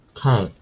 Okay